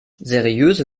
seriöse